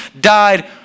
died